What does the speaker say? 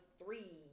three